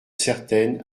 certaines